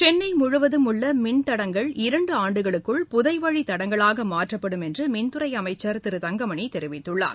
சென்னைமுழுவதும் உள்ளமின் தடங்கள் இரண்டுஆண்டுகளுக்குள் புதைவழித் தடங்களாகமாற்றப்படும் என்றுமின்துறைஅமைச்சர் திரு தங்கமணிதெரிவித்தார்